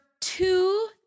two